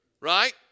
right